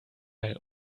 file